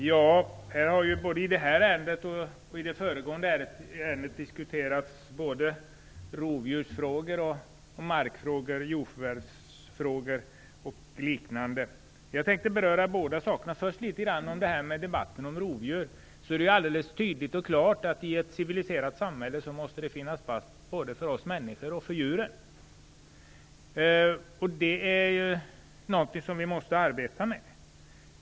Fru talman! Både i det här ärendet och i det föregående ärendet har behandlats rovdjursfrågor och även markfrågor, jordförvärvsfrågor och liknande spörsmål. Jag tänker beröra bägge typerna av frågeställningar. Vad först gäller debatten om rovdjur är det klart att det i ett civiliserat samhälle måste finnas plats både för oss människor och för djuren. Detta måste vi arbeta för.